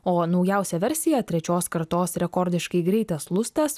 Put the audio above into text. o naujausią versiją trečios kartos rekordiškai greitas lustas